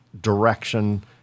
direction